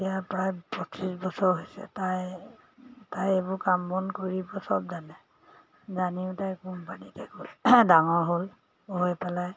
এতিয়া প্ৰায় পঁচিছ বছৰ হৈছে তাই তাই এইবোৰ কাম বন কৰিব সব জানে জানিও তাই কোম্পানীতে গ'ল ডাঙৰ হ'ল হৈ পেলাই